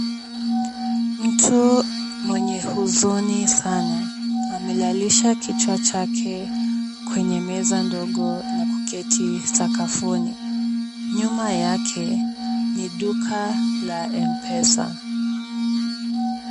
Mtu mwenye huzuni sana amelalisha kichwa chake kwenye meza ndogo na kuketi sakafuni. Nyuma yake ni duka la M-Pesa.